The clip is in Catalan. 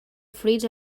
fruits